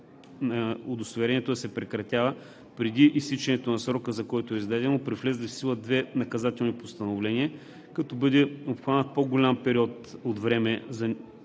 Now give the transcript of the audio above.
удостоверението да се прекратява преди изтичането на срока, за който е издадено, при влезли в сила две наказателни постановления, като бъде обхванат по-голям период от време на